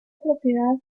propiedad